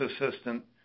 assistant